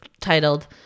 titled